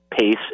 pace